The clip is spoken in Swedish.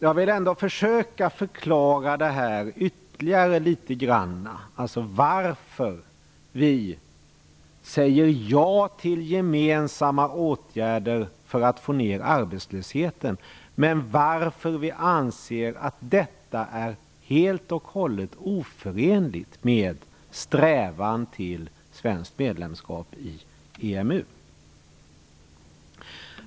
Jag skall ändå försöka ytterligare förklara varför vi säger ja till gemensamma åtgärder för att få ned arbetslösheten men varför vi anser att detta är helt och hållet oförenligt med strävan till svenskt medlemskap i EMU.